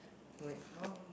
wait how